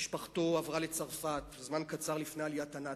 ומשפחתו עברה לצרפת זמן קצר לפני עליית הנאצים.